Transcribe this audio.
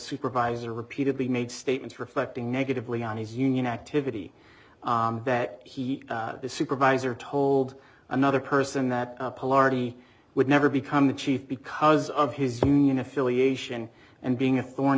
supervisor repeatedly made statements reflecting negatively on his union activity that he the supervisor told another person that he would never become the chief because of his union affiliation and being a thorn